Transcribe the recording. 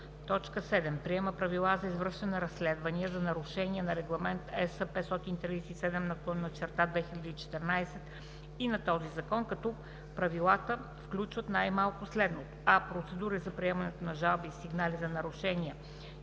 и 3; 7. приема правила за извършване на разследвания за нарушения на Регламент (ЕС) № 537/2014 и на този закон, като правилата включват най-малко следното: